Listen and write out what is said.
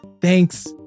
Thanks